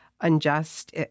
unjust